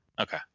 Okay